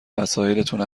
وسایلاتون